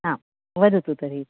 आं वदतु तर्हि